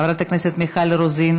חברת הכנסת מיכל רוזין,